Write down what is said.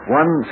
one